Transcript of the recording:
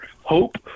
hope